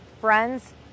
friends